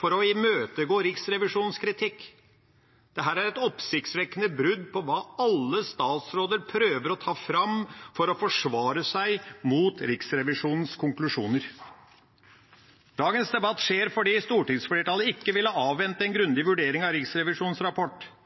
for å imøtegå Riksrevisjonens kritikk. Dette er et oppsiktsvekkende brudd på hva alle statsråder prøver å ta fram for å forsvare seg mot Riksrevisjonens konklusjoner. Dagens debatt skjer fordi stortingsflertallet ikke ville avvente en grundig vurdering av Riksrevisjonens rapport.